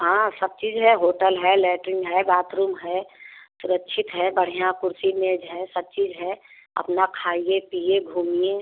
हाँ सब चीज़ है होटल है लैट्रिन्ग है बाथरूम है सुरक्षित है बढ़िया कुर्सी मेज है सब चीज़ है आपना खाइए पिए घूमिए